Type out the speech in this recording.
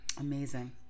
Amazing